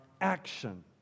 action